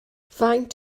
faint